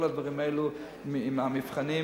כל הדברים האלו עם המבחנים.